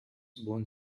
bone